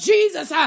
Jesus